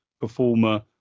performer